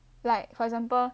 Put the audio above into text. like for example